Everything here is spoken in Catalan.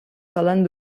solen